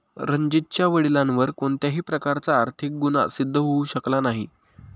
रणजीतच्या वडिलांवर कोणत्याही प्रकारचा आर्थिक गुन्हा सिद्ध होऊ शकला नाही